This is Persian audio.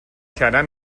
کردن